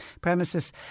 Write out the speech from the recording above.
premises